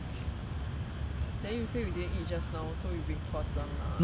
then you say you didn't eat just now so you being 夸张 lah